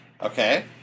Okay